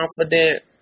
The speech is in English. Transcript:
confident